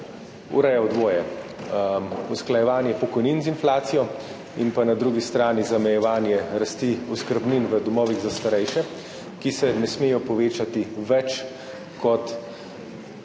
urejal dvoje: usklajevanje pokojnin z inflacijo in na drugi strani zamejevanje rasti oskrbnin v domovih za starejše, ki se ne smejo povečati za več, kot se